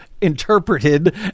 interpreted